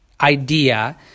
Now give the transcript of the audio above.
idea –